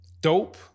dope